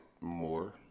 more